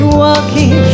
walking